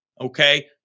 okay